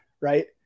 right